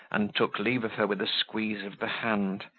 and took leave of her with a squeeze of the hand,